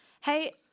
Hey